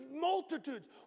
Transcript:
multitudes